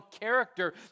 character